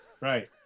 right